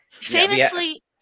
Famously